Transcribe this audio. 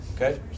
okay